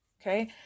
Okay